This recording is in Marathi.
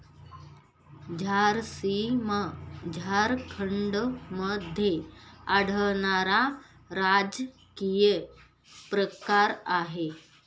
झारसीम झारखंडमध्ये आढळणारा राजकीय प्रकार आहे